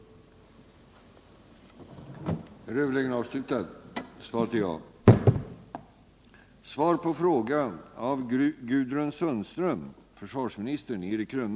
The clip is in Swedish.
§ 6 Om arbetet med att belysa olika aspekter på civilmotstånd